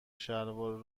شلوار